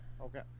Okay